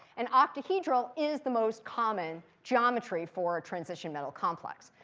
and octahedral is the most common geometry for a transition metal complex.